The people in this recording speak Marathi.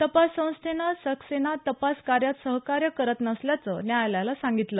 तपास संस्थेनं सक्सेना तपास कार्यात सहकार्य करत नसल्याचं न्यायालयाला सांगितलं